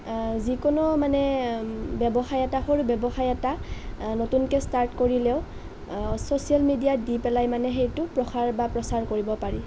যিকোনো মানে ব্যৱসায় এটা সৰু ব্যৱসায় এটা নতুনকে ষ্টাৰ্ট কৰিলেও চ'চিয়েল মিডিয়াত দি পেলাই মানে সেইটো প্ৰসাৰ বা প্ৰচাৰ কৰিব পাৰি